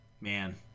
man